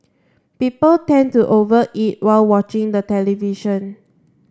people tend to over eat while watching the television